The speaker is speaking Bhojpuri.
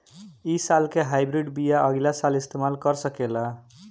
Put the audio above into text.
इ साल के हाइब्रिड बीया अगिला साल इस्तेमाल कर सकेला?